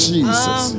Jesus